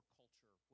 culture